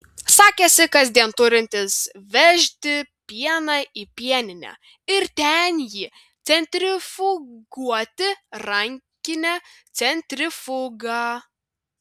sakėsi kasdien turintis vežti pieną į pieninę ir ten jį centrifuguoti rankine centrifuga